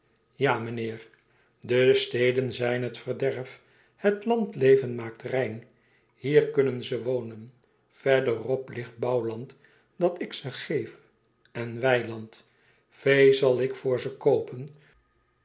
ja meneer de steden zijn het verderf het landleven maakt rein hier kunnen ze wonen verder op ligt bouwland dat ik ze geef en weiland vee zal ik voor ze koopen